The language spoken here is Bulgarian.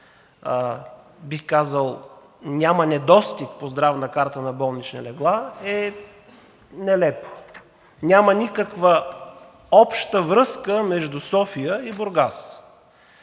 бих казал, няма недостиг по Здравна карта на болнични легла, е нелепо. Няма никаква обща връзка между София и Бургас.